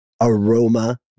aroma